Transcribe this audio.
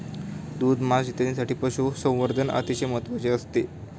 दूध, मांस इत्यादींसाठी पशुसंवर्धन अतिशय महत्त्वाचे असते